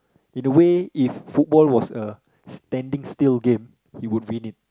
in a way if football was a standing still game he would win it